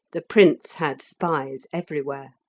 the prince had spies everywhere.